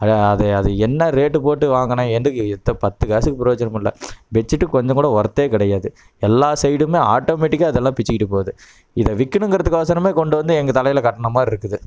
அதை அது அது என்ன ரேட் போட்டு வாங்கினேன் எதுக்கு பத்து காசுக்கு ப்ரோஜனம் இல்லை பெட்ஷீட் கொஞ்சம் கூட ஒர்த்தே கிடையாது எல்லா சைடுமே ஆட்டோமெட்டிக்காக அதெல்லாம் பிச்சிக்கிட்டு போது இதை விக்கணுங்கறத்துக்கொசரமே கொண்டு வந்து எங்க தலையில் கட்டுன மாதிரி இருக்குது